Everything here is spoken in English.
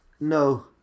No